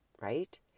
Right